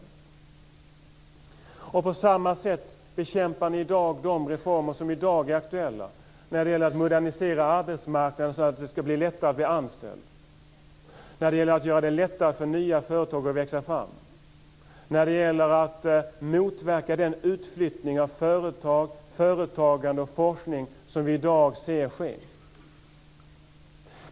På samma sätt bekämpar ni de reformer som är aktuella i dag, t.ex. att modernisera arbetsmarknaden så att det ska bli lättare att bli anställd, att göra det lättare för nya företag att växa fram, att motverka den utflyttning av företagande och forskning, som vi ser sker i dag.